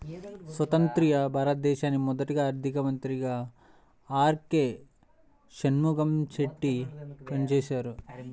స్వతంత్య్ర భారతానికి మొదటి ఆర్థిక మంత్రిగా ఆర్.కె షణ్ముగం చెట్టి పనిచేసారు